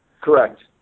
Correct